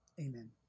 Amen